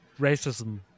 racism